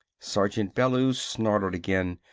sergeant bellews snorted again.